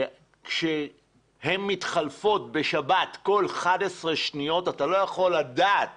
כשהן מתחלפות בשבת כל 11 שניות אתה לא יכול לדעת